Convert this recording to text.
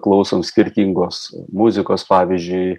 klausom skirtingos muzikos pavyzdžiui